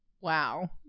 Wow